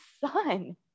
son